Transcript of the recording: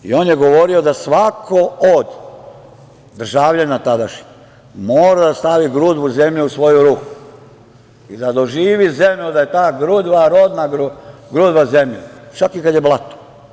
I on je govorio da svako od državljana tadašnjih mora da stavi grudvu zemlje u svoju ruku i da doživi zemlju, da je ta gruda rodna gruda zemlje, čak i kad je blato.